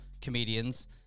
comedians